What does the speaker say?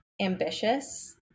ambitious